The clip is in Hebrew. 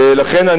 ולכן,